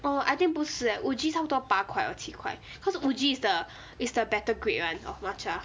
oh I think 不是 eh uji 差不多八块 or 七块 cause uji is the is the better grade one of matcha